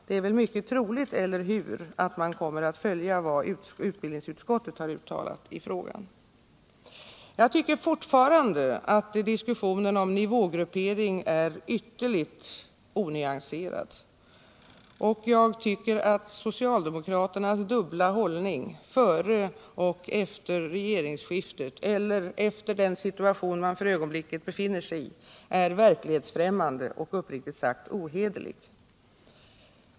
Det är väl troligt, eller hur, att man kommer att följa vad utbildningsutskottet har uttalat i frågan? Jag tycker fortfarande att diskussionen om nivågruppering är utomordentligt onyanserad. Jag tycker också att socialdemokraternas dubbla hållning före och efter regeringsskiftet eller efter den situation man för ögonblicket befinner sig i är verklighetsfrämmande och uppriktigt sagt ohederlig.